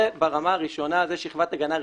זה ברמה הראשונה, זאת שכבת הגנה ראשונה.